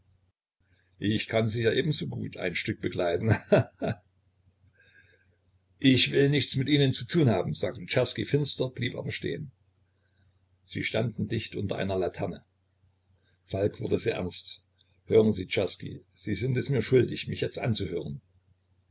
ich kann sie ja ebensogut ein stück begleiten he he ich will mit ihnen nichts zu tun haben sagte czerski finster blieb aber stehen sie standen dicht unter einer laterne falk wurde sehr ernst hören sie czerski sie sind es mir schuldig mich jetzt anzuhören